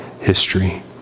history